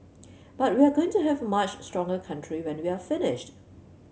but we're going to have a much stronger country when we're finished